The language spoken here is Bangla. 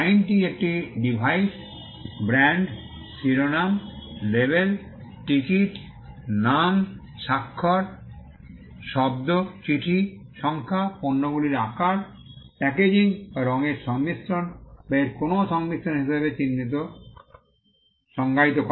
আইনটি একটি ডিভাইস ব্র্যান্ড শিরোনাম লেবেল টিকিট নাম স্বাক্ষর শব্দ চিঠি সংখ্যা পণ্যগুলির আকার প্যাকেজিং বা রঙের সংমিশ্রণ বা এর কোনও সংমিশ্রণ হিসাবে চিহ্নকে সংজ্ঞায়িত করে